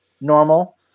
normal